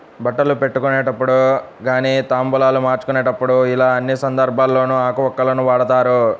బట్టలు పెట్టుకునేటప్పుడు గానీ తాంబూలాలు మార్చుకునేప్పుడు యిలా అన్ని సందర్భాల్లోనూ ఆకు వక్కలను వాడతారు